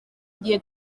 igihe